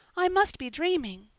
i must be dreaming.